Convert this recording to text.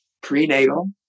prenatal